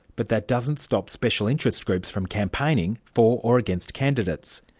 but that doesn't stop special interest groups from campaigning for or against candidates.